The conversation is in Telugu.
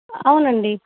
అవునండి